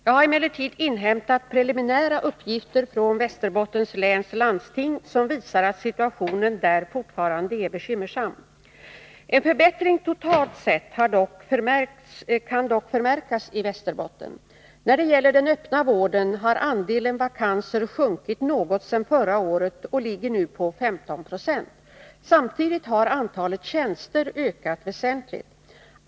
Jag har emellertid inhämtat preliminära uppgifter från Västerbottens läns landsting som visar att situationen där fortfarande är bekymmersam. En förbättring totalt sett kan dock förmärkas i Västerbotten. När det gäller den öppna vården har andelen vakanser sjunkit något sedan förra året och ligger nu på 15 76. Samtidigt har antalet tjänster ökat väsentligt.